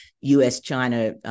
US-China